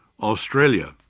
Australia